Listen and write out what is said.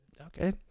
okay